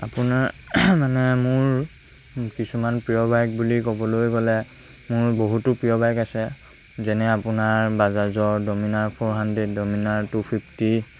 আপোনাৰ মানে মোৰ কিছুমান প্ৰিয় বাইক বুলি ক'বলৈ গ'লে মোৰ বহুতো প্ৰিয় বাইক আছে যেনে আপোনাৰ বাজাজৰ Dominar four hundred Dominar two fifty